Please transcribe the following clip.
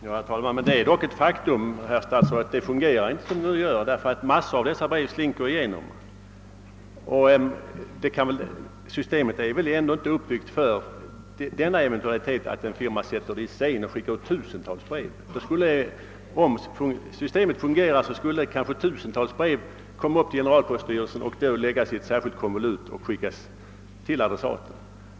Herr talman! Det är dock ett faktum, herr statsråd, att det inte fungerar såsom det nu är, eftersom mängder av brev av detta slag slinker igenom kontrollen. Den ordning man tillämpar är väl ändå inte uppbyggd för den eventualiteten att en firma skulle sätta det hela i system och sända ut tusentals sådana brev. Om det hela fungerade, skulle då kanske tusentals brev komma in till generalpoststyrelsen och där läggas in i särskilt konvolut för att sändas till adressaten?